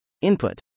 Input